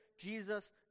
Jesus